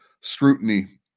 scrutiny